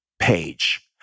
page